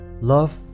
love